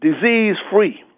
disease-free